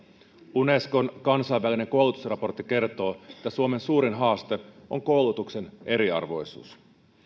unescon kansainvälinen koulutusraportti kertoo että suomen suurin haaste on koulutuksen eriarvoisuus